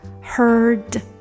heard